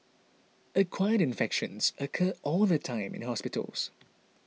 acquired infections occur all the time in hospitals